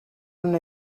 una